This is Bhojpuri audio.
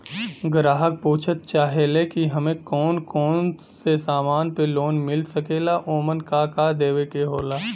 ग्राहक पुछत चाहे ले की हमे कौन कोन से समान पे लोन मील सकेला ओमन का का देवे के होला?